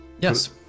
Yes